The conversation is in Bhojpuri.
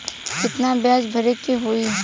कितना ब्याज भरे के होई?